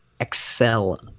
excel